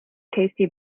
tasty